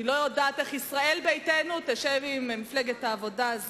אני לא יודעת איך ישראל ביתנו תשב עם מפלגת העבודה.